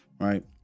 right